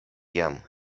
jam